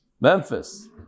Memphis